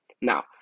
Now